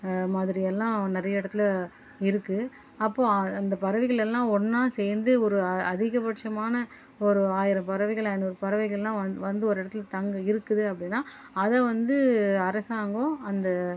மாதிரி எல்லாம் நிறைய இடத்துல இருக்குது அப்போது அந்த பறவைகள் எல்லாம் ஒன்னா சேர்ந்து ஒரு அதிகபட்சமான ஒரு ஆயிரம் பறவைகள் ஐநூறு பறவைகள்லாம் வந் வந்து ஒரு இடத்துல தங்கி இருக்குது அப்படின்னா அதை வந்து அரசாங்கம் அந்த